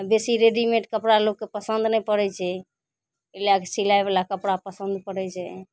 आओर बेसी रेडिमेड कपड़ा लोकके पसन्द नहि पड़ै छै एहि लैके सिलाइवला कपड़ा पसन्द पड़ै छै